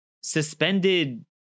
suspended